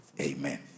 Amen